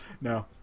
No